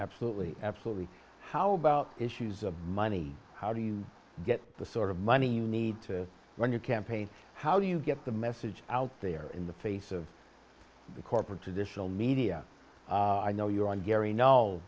absolutely absolutely how about issues of money how do you get the sort of money you need to run your campaign how do you get the message out there in the face of the corporate traditional media i know you and gary kno